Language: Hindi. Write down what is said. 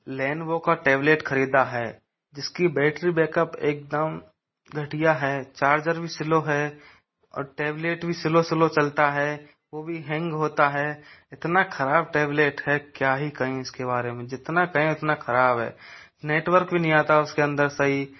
लेनोवो का टैबलेट खरीदा है जिसकी बैटरी बैकप एकदम घटिया है चारजर भी स्लो है और टैबलेट भी स्लो स्लो चलता है वो भी हैंग होता है इतना खराब टैबलेट है क्या ही कहीं इसके बारे में जितना कहें उतना खराब है नेटवर्क भी नहीं आता उसके अंदर सही